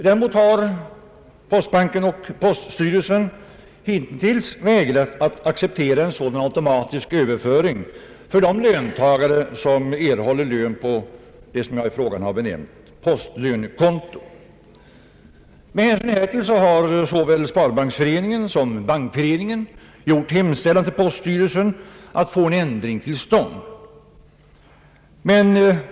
Däremot har postbanken och poststyrelsen hittills vägrat att acceptera en sådan automatisk överföring för de löntagare som erhåller lön på vad jag i min fråga benämnt postlönekonto. Med hänsyn härtill har såväl Sparbanksföreningen som Bankföreningen gjort hemställan till poststyrelsen att få en ändring till stånd.